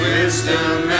Wisdom